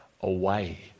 away